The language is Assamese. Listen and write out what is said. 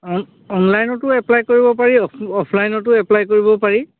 অ'ন অ'নলাইনতো এপ্লাই কৰিব পাৰি অফ অফলাইনতো এপ্লাই কৰিব পাৰি